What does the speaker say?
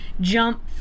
jump